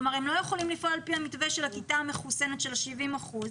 לא יכולים לפעול על פי המתווה של הכיתה המחוסנת של ה-70 אחוזים,